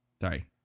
sorry